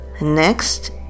Next